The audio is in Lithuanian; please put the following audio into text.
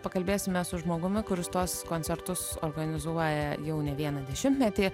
pakalbėsime su žmogumi kuris tuos koncertus organizuoja jau ne vieną dešimtmetį